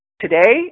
Today